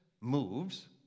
moves